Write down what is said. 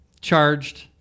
charged